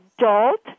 adult